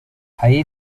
ahí